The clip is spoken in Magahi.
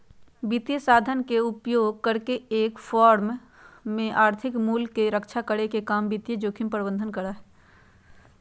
वित्तीय साधन के उपयोग करके एक फर्म में आर्थिक मूल्य के रक्षा करे के काम वित्तीय जोखिम प्रबंधन करा हई